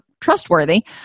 trustworthy